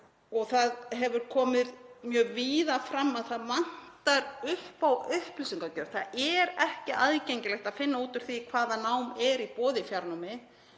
Það hefur komið mjög víða fram að það vantar upp á upplýsingagjöf. Það er ekki aðgengilegt að finna út úr því hvaða nám er í boði í fjarnámi,